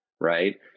right